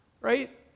right